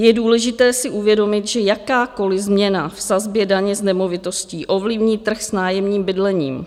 Je důležité si uvědomit, že jakákoliv změna v sazbě daně z nemovitostí ovlivní trh s nájemním bydlením.